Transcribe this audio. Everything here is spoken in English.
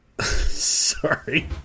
Sorry